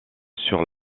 sur